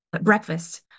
Breakfast